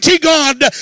God